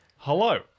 Hello